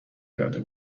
کرده